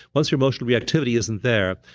once your emotional reactivity isn't there,